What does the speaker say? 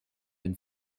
and